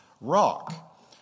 rock